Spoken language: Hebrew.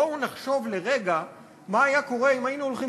בואו נחשוב לרגע מה היה קורה אם היינו הולכים,